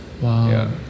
Wow